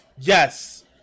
yes